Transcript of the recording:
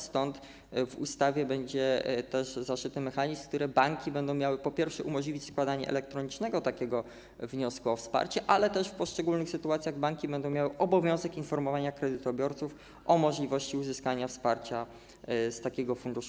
Stąd w ustawie będzie też zaszyty mechanizm, dzięki któremu banki będą mogły, po pierwsze, umożliwić składanie elektronicznie takiego wniosku o wsparcie, ale też w poszczególnych sytuacjach banki będą miały obowiązek informowania kredytobiorców o możliwości uzyskania wsparcia z takiego funduszu.